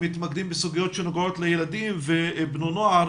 מתמקדים בסוגיות שנוגעות לילדים ובני נוער,